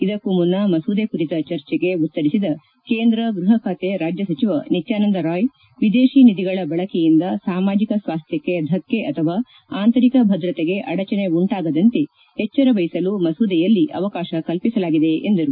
ಇದಕ್ಕೂ ಮುನ್ನ ಮಸೂದೆ ಕುರಿತ ಚರ್ಚೆಗೆ ಉತ್ತರಿಸಿದ ಕೇಂದ್ರ ಗೃಹಖಾತೆ ರಾಜ್ಯ ಸಚಿವ ನಿತ್ಯಾನಂದ ರಾಯ್ ವಿದೇಶಿ ನಿಧಿಗಳ ಬಳಕೆಯಿಂದ ಸಾಮಾಜಿಕ ಸ್ವಾಸ್ಟ್ಹಕ್ಕೆ ಧಕ್ಷೆ ಅಥವಾ ಆಂತರಿಕ ಭದ್ರತೆಗೆ ಅಡಚಣೆ ಉಂಟಾಗದಂತೆ ಎಚ್ಚರ ವಹಿಸಲು ಮಸೂದೆಯಲ್ಲಿ ಅವಕಾಶ ಕಲ್ಪಿಸಲಾಗಿದೆ ಎಂದರು